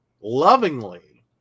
lovingly